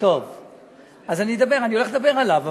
אני הולך לדבר עליו,